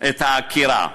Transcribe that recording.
את העקירה: